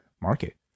market